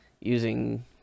using